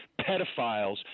pedophiles